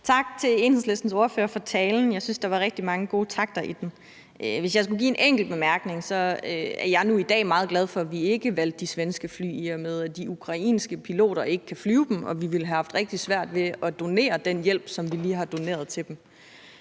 Tak til Enhedslistens ordfører for talen. Jeg synes, at der var rigtig mange gode takter i den. Hvis jeg skal komme med en enkelt bemærkning, er jeg nu i dag meget glad for, at vi ikke valgte de svenske fly, i og med at de ukrainske piloter ikke kan flyve dem og vi ville have haft rigtig svært ved at donere den hjælp, som vi lige har doneret til dem.